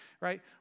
right